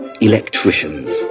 electricians